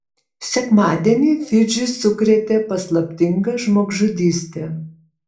sekmadienį fidžį sukrėtė paslaptinga žmogžudystė